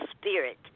spirit